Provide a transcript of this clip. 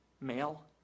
male